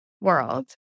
world